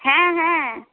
হ্যাঁ হ্যাঁ